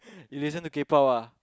you listen to K-pop ah